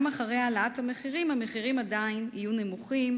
גם אחרי העלאת המחירים, המחירים עדיין יהיו נמוכים